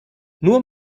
nur